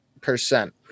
percent